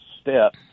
step